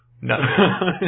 No